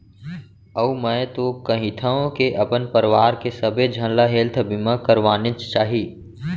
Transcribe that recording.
अउ मैं तो कहिथँव के अपन परवार के सबे झन ल हेल्थ बीमा करवानेच चाही